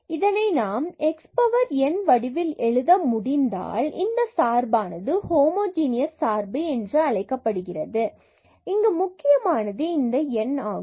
இதனை நாம் இந்த x power n வடிவில் எழுத முடிந்தால் பின்பு இந்த சார்பானது yx ஹோமோஜனியஸ் சார்பு என்று அழைக்கப்படுகிறது இங்கு முக்கியமானது இந்த n ஆகும்